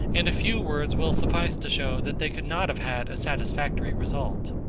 and a few words will suffice to show that they could not have had a satisfactory result.